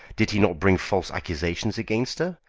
did he not bring false accusations against her,